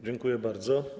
Dziękuję bardzo.